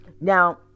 Now